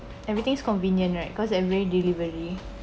everything's convenient right cause every day delivery